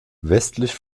westlich